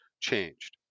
changed